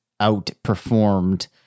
outperformed